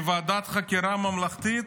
מוועדת חקירה ממלכתית,